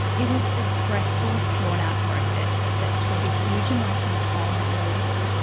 it was a stressful, drawn out process that took a huge emotional toll on all of them.